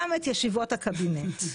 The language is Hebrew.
גם עת ישיבות הקבינט.